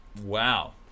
Wow